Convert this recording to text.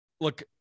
look